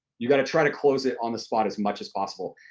you're gonna try to close it on the spot as much as possible.